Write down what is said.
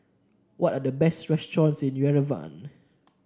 what are the best restaurants in Yerevan